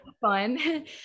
fun